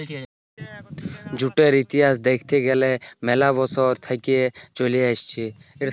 জুটের ইতিহাস দ্যাখতে গ্যালে ম্যালা বসর থেক্যে চলে আসছে